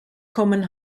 kommen